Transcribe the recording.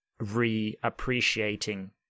reappreciating